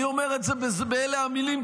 אני אומר את זה באלה המילים,